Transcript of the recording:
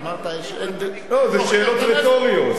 אמרת, לא, אלה שאלות רטוריות.